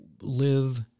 live